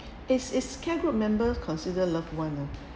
is is care group members consider loved one ah